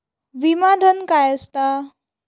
विमा धन काय असता?